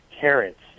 carrots